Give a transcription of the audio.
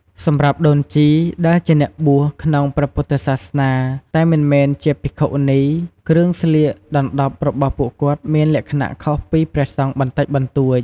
សម្រាប់ដូនជីដែលជាអ្នកបួសក្នុងព្រះពុទ្ធសាសនាតែមិនមែនជាភិក្ខុនីគ្រឿងស្លៀកដណ្ដប់របស់ពួកគាត់មានលក្ខណៈខុសពី ព្រះសង្ឃបន្តិចបន្តួច។